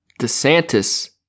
DeSantis